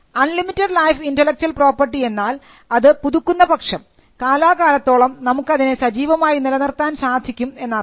unlimited life intellectual property എന്നാൽ അത് പുതുക്കുന്ന പക്ഷം കാലാകാലത്തോളം നമുക്കതിനെ സജീവമായി നിലനിർത്താൻ സാധിക്കും എന്നർത്ഥം